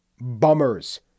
bummers